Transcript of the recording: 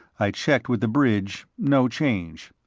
i checked with the bridge no change.